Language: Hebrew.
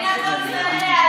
מדינת כל מסתנניה,